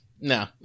no